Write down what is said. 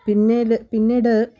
പിന്നീട് പിന്നീട്